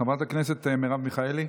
חברת הכנסת מרב מיכאלי,